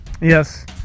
Yes